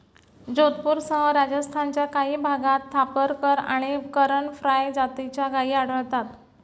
जोधपूरसह राजस्थानच्या काही भागात थापरकर आणि करण फ्राय जातीच्या गायी आढळतात